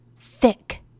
thick